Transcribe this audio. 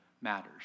matters